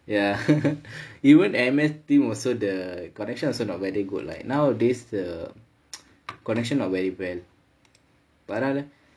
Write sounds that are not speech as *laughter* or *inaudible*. ya *laughs* even M_S teams also the connection also not very good like nowadays the connection not very well but now